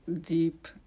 deep